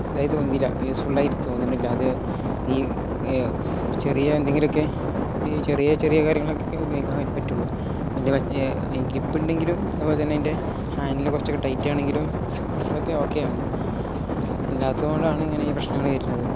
ഇതായി തോന്നുന്നില്ല യൂസ്ഫുള്ളായിട്ട് തോന്നുന്നുണ്ടെങ്കിലത് ഈ ചെറിയ എന്തെങ്കിലുമൊക്കെ ഈ ചെറിയ ചെറിയ കാര്യങ്ങളൊക്കെ ഉപയോഗിക്കാൻ പറ്റുള്ളൂ ഈ ഗ്രിപ്പുണ്ടെങ്കിലും അതു പോലെ തന്നെ അതിൻ്റെ ഹാൻഡിൽ കുറച്ചൊക്കെ ടൈറ്റാണെങ്കിലും അതൊക്കെ ഓക്കെയാണ് ഇല്ലാത്തതു കൊണ്ടാണ് ഇങ്ങനെ ഈ പ്രശ്നങ്ങൾ വരുന്നത്